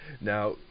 Now